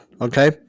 okay